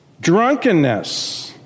drunkenness